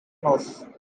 nose